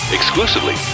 Exclusively